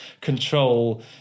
control